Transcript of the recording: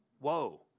Whoa